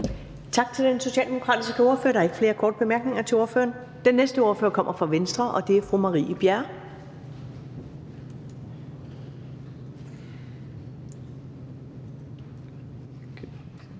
Tak til den socialdemokratiske ordfører. Der er ikke flere korte bemærkninger til ordføreren. Den næste ordfører kommer fra Venstre, og det er fru Marie Bjerre.